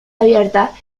abierta